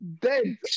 Dead